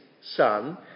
Son